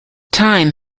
time